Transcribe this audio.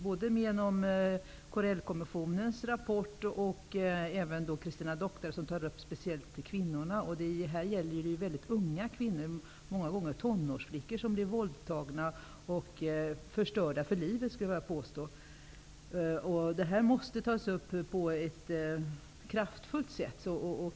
Både Corellmissionens rapport och Christina Doctares belyser speciellt kvinnornas situation. Mycket unga kvinnor, många gånger tonårsflickor, blir våldtagna och förstörda för livet. Detta måste bekämpas på ett kraftfullt sätt.